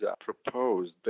proposed